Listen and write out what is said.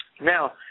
Now